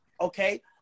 okay